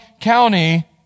County